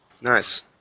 Nice